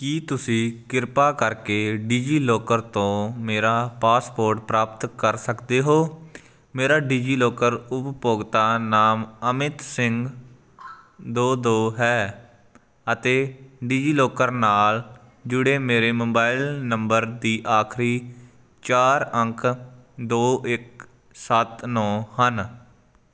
ਕੀ ਤੁਸੀਂ ਕਿਰਪਾ ਕਰਕੇ ਡਿਜੀਲਾਕਰ ਤੋਂ ਮੇਰਾ ਪਾਸਪੋਰਟ ਪ੍ਰਾਪਤ ਕਰ ਸਕਦੇ ਹੋ ਮੇਰਾ ਡਿਜੀਲਾਕਰ ਉਪਭੋਗਤਾ ਨਾਮ ਅਮਿਤ ਸਿੰਘ ਦੋ ਦੋ ਹੈ ਅਤੇ ਡਿਜੀਲਾਕਰ ਨਾਲ ਜੁੜੇ ਮੇਰੇ ਮੋਬਾਈਲ ਨੰਬਰ ਦੀ ਆਖਰੀ ਚਾਰ ਅੰਕ ਦੋ ਇੱਕ ਸੱਤ ਨੌਂ ਹਨ